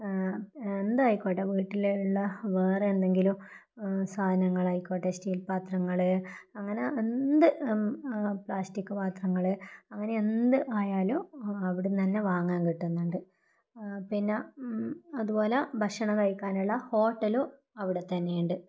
എന്തായിക്കോട്ടെ വീട്ടിൽ ഉള്ള വേറെ എന്തെങ്കിലും സാധനങ്ങളായിക്കോട്ടെ സ്റ്റീൽ പാത്രങ്ങൾ അങ്ങനെ എന്തു പ്ലാസ്റ്റിക്ക് പാത്രങ്ങൾ അങ്ങനെ എന്ത് ആയാലും അവിടെനിന്നുതന്നെ വാങ്ങാൻ കിട്ടുന്നുണ്ട് പിന്നെ അതുപോലെ ഭക്ഷണം കഴിക്കാനുള്ള ഹോട്ടലും അവിടെ തന്നെ ഉണ്ട്